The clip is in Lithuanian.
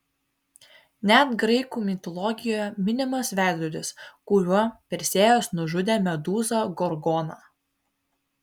net graikų mitologijoje minimas veidrodis kuriuo persėjas nužudė medūzą gorgoną